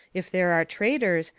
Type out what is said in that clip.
if there are traitors,